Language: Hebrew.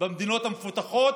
מבין המדינות המפותחות